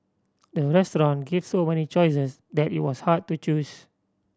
the restaurant gave so many choices that it was hard to choose